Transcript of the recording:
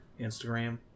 Instagram